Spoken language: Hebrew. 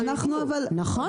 נכון.